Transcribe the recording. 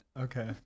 Okay